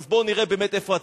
אז בואו נראה באמת איפה הצדק.